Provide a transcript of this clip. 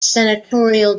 senatorial